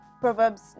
proverbs